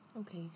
Okay